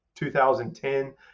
2010